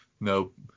Nope